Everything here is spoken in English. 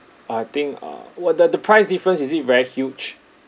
I think uh will the the price difference is it very huge